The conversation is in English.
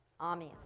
Amen